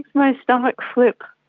my stomach flip!